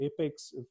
apex